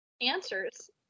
Answers